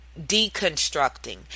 deconstructing